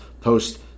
post